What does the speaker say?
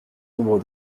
nombre